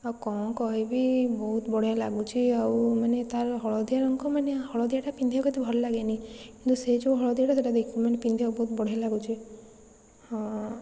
ଆଉ କ'ଣ କହିବି ବହୁତ ବଢ଼ିଆ ଲାଗୁଛି ଆଉ ମାନେ ତାର ହଳଦିଆ ରଙ୍ଗ ମାନେ ହଳଦିଆଟା ପିନ୍ଧିବାକୁ ଏତେ ଭଲ ଲାଗେନି କିନ୍ତୁ ସେ ଯେଉଁ ହଳଦିଆଟା ମାନେ ଦେଖେ ପିନ୍ଧିବାକୁ ବହୁତ ବଢ଼ିଆ ଲାଗୁଛି ହଁ